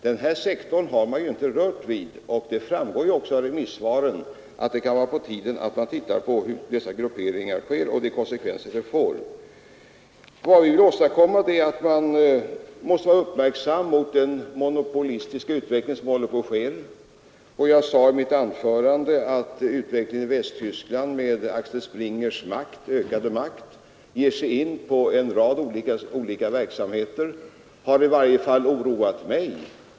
Den här sektorn har man inte rört vid, och det framgår också av remissvaren att det kan vara på tiden att se över hur dessa grupperingar sker och vilka konsekvenser det får. Man måste vara uppmärksam mot den monopolistiska utveckling som pågår, och jag sade i mitt anförande att utvecklingen i Västtyskland — med Axel Springers ökande makt och med det förhållandet att massmedia ger sig in på en rad olika verksamheter — i varje fall har oroat mig.